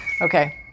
Okay